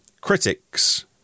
critics